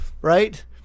right